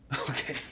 Okay